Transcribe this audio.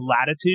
latitude